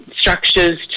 structures